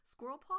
Squirrelpaw